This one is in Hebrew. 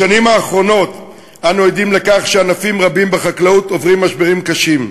בשנים האחרונות אנו עדים לכך שענפים רבים בחקלאות עוברים משברים קשים.